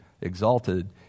exalted